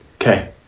Okay